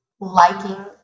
liking